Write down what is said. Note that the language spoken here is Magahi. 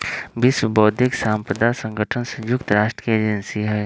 विश्व बौद्धिक साम्पदा संगठन संयुक्त राष्ट्र के एजेंसी हई